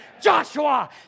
Joshua